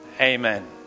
Amen